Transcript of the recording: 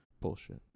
Bullshit